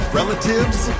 relatives